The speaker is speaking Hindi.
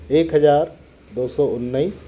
एक हजार दो सौ उन्नीस